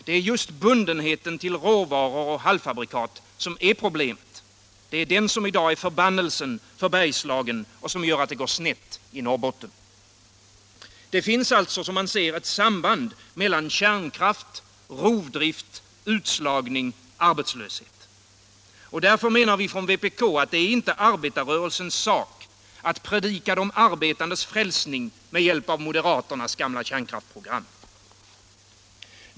Det är just bundenheten till råvaror och halvfabrikat som är problemet. Det är denna bundenhet som i dag är förbannelsen för Allmänpolitisk debatt Allmänpolitisk debatt Bergslagen och som gör att det går snett i Norrbotten. Det finns alltså som man ser ett samband mellan kärnkraft, rovdrift, utslagning och arbetslöshet. Därför menar vi från vpk att det inte är arbetarrörelsens sak att predika de arbetandes frälsning med hjälp av moderaternas gamla kärnkraftsprogram.